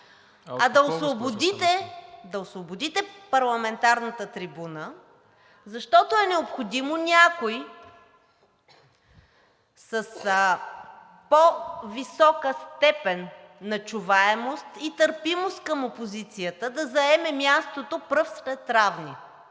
да освободите парламентарната трибуна, защото е необходимо някой с по-висока степен на чуваемост и търпимост към опозицията да заеме мястото пръв сред равни.